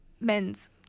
men's